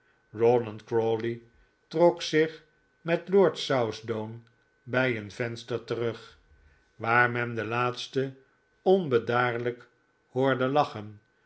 rawdon crawley trok zich met lord southdown bij een venster terug waar men den laatste onbedaarlijk hoorde lachen